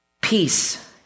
Peace